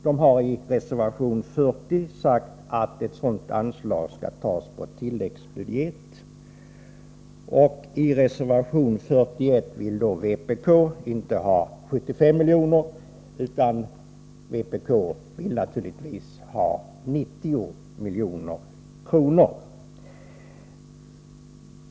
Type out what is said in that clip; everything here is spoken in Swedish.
Man har i reservation 4 sagt att ett sådant anslag skall tas på tilläggsbudgeten. I reservation 41 vill vpk då inte ha 75 miljoner utan naturligtvis 90 miljoner.